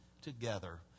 together